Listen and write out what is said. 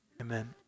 Amen